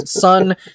son